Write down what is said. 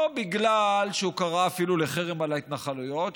לא בגלל שהוא קרא אפילו לחרם על ההתנחלויות,